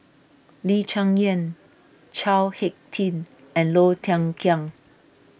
Lee Cheng Yan Chao Hick Tin and Low Thia Khiang